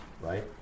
right